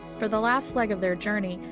for the last leg of their journey,